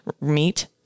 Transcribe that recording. meet